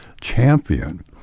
champion